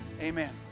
Amen